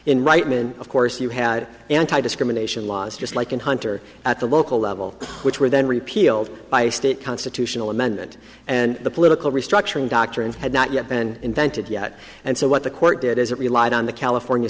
reitman of course you had anti discrimination laws just like in hunter at the local level which were then repealed by state constitutional amendment and the political restructuring doctrine had not yet been invented yet and so what the court did is it relied on the california